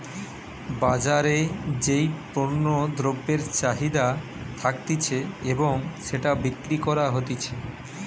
বাজারে যেই পণ্য দ্রব্যের চাহিদা থাকতিছে এবং সেটা বিক্রি করা হতিছে